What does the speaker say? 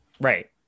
right